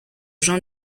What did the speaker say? jean